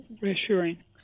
reassuring